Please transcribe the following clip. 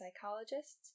psychologists